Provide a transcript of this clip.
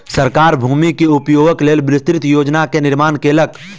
सरकार भूमि के उपयोगक लेल विस्तृत योजना के निर्माण केलक